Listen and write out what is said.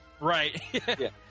right